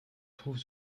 trouve